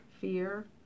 Fear